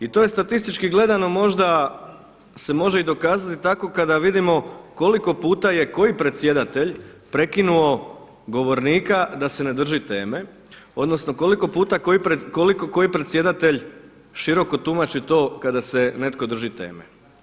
I to je statistički gledano možda se može i dokazati tako kada vidimo koliko puta je koji predsjedatelj prekinuo govornika da se ne drži teme odnosno koliko puta koji koliko koji predsjedatelj široko tumači to kada se netko drži teme.